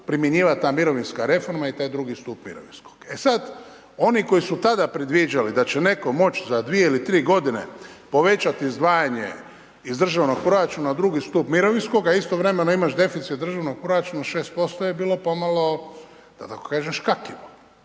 primjenjivati ta mirovinska reforma i taj II stup mirovinskog. E sad, oni koji su tada predviđali da će netko moći za dvije ili tri godine povećati izdvajanje iz državnog proračuna u II stup mirovinskoga, istovremeno imaš deficit državnog proračuna od 6% je bilo pomalo, da tako kažem, škakljivo.